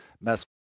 mess